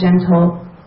gentle